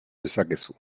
dezakezu